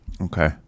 Okay